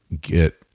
get